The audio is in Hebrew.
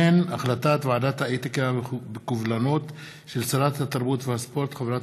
והחלטת ועדת האתיקה בקובלנות של שרת התרבות והספורט חברת